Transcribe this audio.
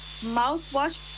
mouthwash